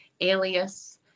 alias